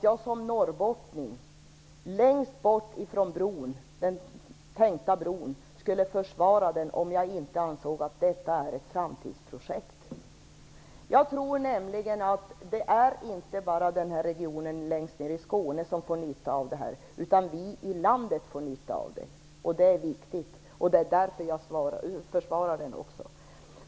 Jag som norrbottning, längst bort från den tänkta bron, skulle inte försvara den om jag inte ansåg att detta är ett framtidsprojekt. Jag tror nämligen att det inte bara är den här regionen längst ner i Skåne som får nytta av detta, utan att alla i landet får nytta av det. Det är viktigt, och det är därför jag försvarar det här också.